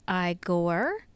Igor